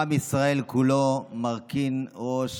עם ישראל כולו מרכין ראש